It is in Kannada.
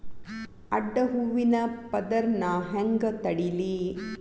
ಅಡ್ಡ ಹೂವಿನ ಪದರ್ ನಾ ಹೆಂಗ್ ತಡಿಲಿ?